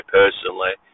personally